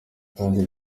kandi